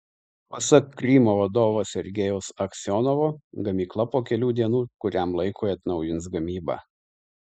pasak krymo vadovo sergejaus aksionovo gamykla po kelių dienų kuriam laikui atnaujins gamybą